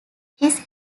his